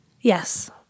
Yes